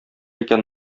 икән